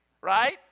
Right